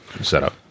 setup